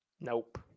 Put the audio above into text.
Nope